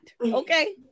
Okay